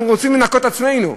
אנחנו רוצים לנקות את עצמנו.